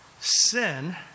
sin